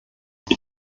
wir